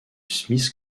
smith